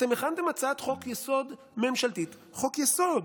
אתם הכנתם הצעת חוק-יסוד ממשלתית, חוק-יסוד